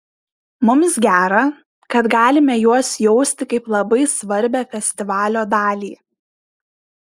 mums gera kad galime juos jausti kaip labai svarbią festivalio dalį